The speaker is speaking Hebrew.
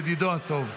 ידידו הטוב.